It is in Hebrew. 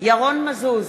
ירון מזוז,